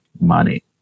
money